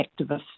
activists